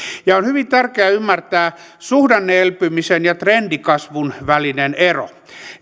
on hyvin tärkeää ymmärtää suhdanne elpymisen ja trendikasvun välinen ero